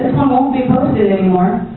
won't be posted anymore,